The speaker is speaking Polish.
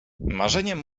marzeniem